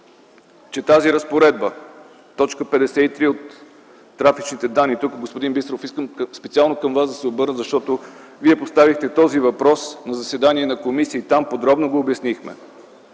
че тази разпоредба – т. 53 от трафичните данни, тук господин Бисеров, искам специално да се обърна към Вас, защото Вие поставихте този въпрос на заседание на комисията и там подробно го обяснихме,